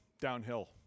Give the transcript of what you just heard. downhill